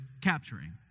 capturing